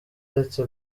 uretse